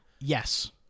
Yes